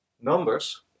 numbers